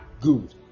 Good